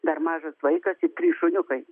dar mažas vaikas ir trys šuniukai